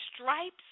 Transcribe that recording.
stripes